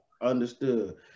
Understood